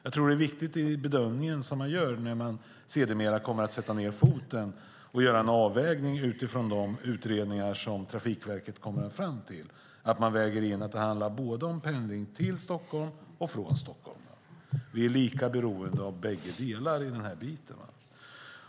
När man gör bedömningen, och sedermera sätter ned foten, tror jag att det är viktigt att göra en avvägning utifrån de utredningar som Trafikverket kommer fram till och då väga in att det handlar om pendling både till Stockholm och från Stockholm. Vi är lika beroende av bägge delar.